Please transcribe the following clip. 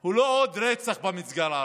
הוא לא עוד רצח במגזר הערבי,